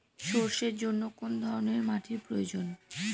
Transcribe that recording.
সরষের জন্য কোন ধরনের মাটির প্রয়োজন?